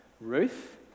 Ruth